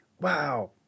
Wow